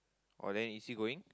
oh then is he going